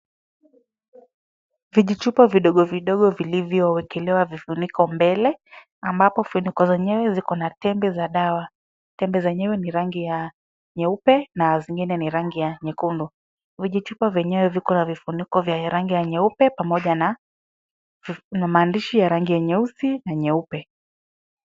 Vijichupa vidogovidogo vilivyoekelewa vifuniko mbele ambapo funiko zenyewe ziko na tembe za dawa. Tembe zenyewe ni rangi ya nyeupe na zingine ni rangi ya nyekundu. Vijichupa vyenyewe viko na vifuniko vya rangi ya nyeupe pamoja na maandishi ya rangi ya nyeusi na nyeupe.